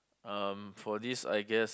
um for this I guess